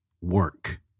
work